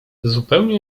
zupełnie